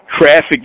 traffic